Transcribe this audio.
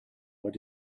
what